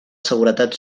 seguretat